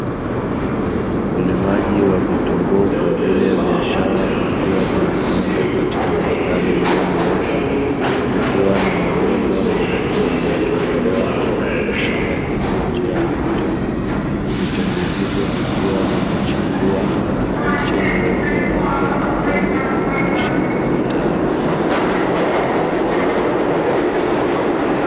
Ulimaji wa vitunguu kwa ajili ya biashara vikiwa vimepandwa katika mistari iliyonyooka, kukiwa na mabomba marefu yaliyotobolewa na kudondosha maji kwa njia ya matone. Vitunguu hivo vikiwa vimechipua, miche mirefu ya rangi ya kijani kumaanisha vipo tayari kwa mavuno na kupelekwa masokoni.